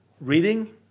reading